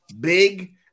big